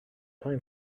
time